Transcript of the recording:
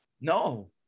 No